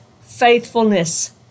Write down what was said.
faithfulness